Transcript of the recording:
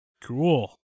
Cool